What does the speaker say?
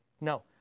No